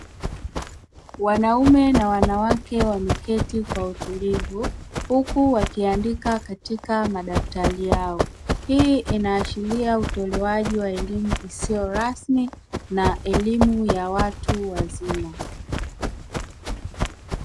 Wanaume na wanawake wameketi kwa utilivu huku wakiandika katika madaftari yao, hii ina ashiria utolewaji wa elimu isiyo rasmi na elimu ya watu wazima.